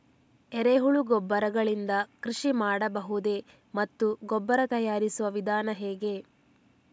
ಎರೆಹುಳು ಗೊಬ್ಬರ ಗಳಿಂದ ಕೃಷಿ ಮಾಡಬಹುದೇ ಮತ್ತು ಗೊಬ್ಬರ ತಯಾರಿಸುವ ವಿಧಾನ ಹೇಗೆ?